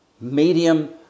medium